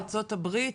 ארצות הברית,